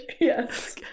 Yes